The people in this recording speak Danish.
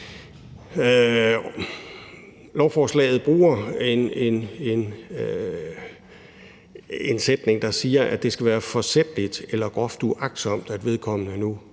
lovforslaget bruges en sætning om, at det skal være forsætligt eller groft uagtsomt, at vedkommende nu